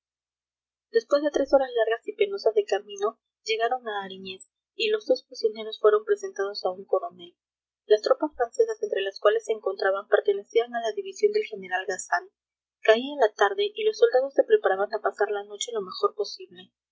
después de tres horas largas y penosas de camino llegaron a aríñez y los dos prisioneros fueron presentados a un coronel las tropas francesas entre las cuales se encontraban pertenecían a la división del general gazan caía la tarde y los soldados se preparaban a pasar la noche lo mejor posible